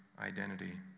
identity